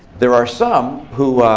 there are some who,